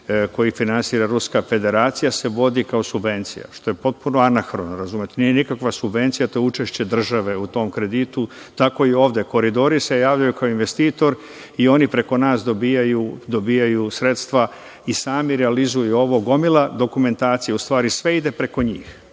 koji finansira Ruska Federacija se vodi kao subvencija, što je potpuno anahrono. Nije nikakva subvencija, to je učešće države u kreditu, tako i ovde Koridori se javljaju kao investitor i oni preko nas dobijaju sredstva i sami realizuju ovo. Gomila dokumentacije, sve ide preko njih